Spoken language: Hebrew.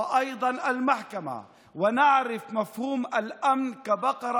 ושם היא צריכה לשכנע את השופט.